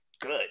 good